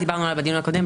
ודיברנו עליה בדיון הקודם,